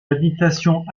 abris